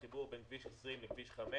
החיבור בין כביש 20 לכביש 5